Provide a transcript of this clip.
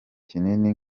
kinini